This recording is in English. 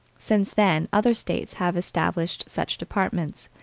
since then other states have established such departments,